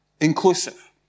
inclusive